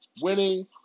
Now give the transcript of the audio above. winning